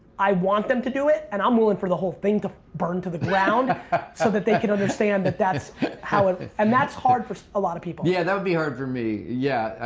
i want them to do it and i'm willing for the whole thing to burn to the ground so that they can understand that that's how it and that's hard for a lot of people. yeah, that would be hard for me. yeah,